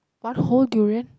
one whole durian